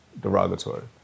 derogatory